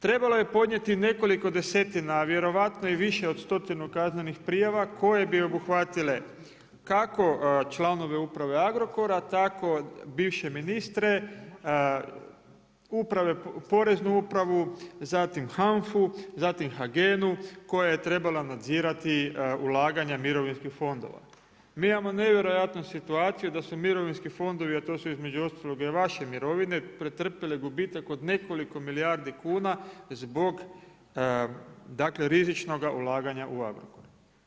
Trebalo je podnijeti nekoliko desetina vjerovatno i više od stotinu kaznenih prijava koje bi obuhvatile kako članove uprave Agrokora, tako bivše ministre, Poreznu upravu, zatim HANFA-a, zatim HAGENA-u, koja je trebala nadzirati ulaganja mirovinskih fondova Mi imamo nevjerojatnu situaciju da su mirovinski fondovi a to su između ostalog i vaše mirovine, pretrpile gubitak od nekoliko milijardi kuna zbog rizičnog ulaganja u Agrokor.